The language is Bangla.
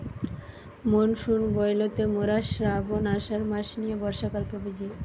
মনসুন বইলতে মোরা শ্রাবন, আষাঢ় মাস নিয়ে বর্ষাকালকে বুঝি